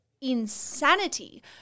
insanity